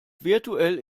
virtuell